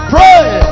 Pray